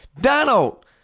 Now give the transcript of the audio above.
Donald